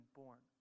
born